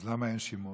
אז למה אין שימוע?